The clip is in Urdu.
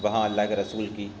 وہاں اللہ کے رسول کی